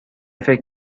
فکر